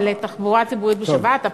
לתחבורה ציבורית בשבת.